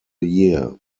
year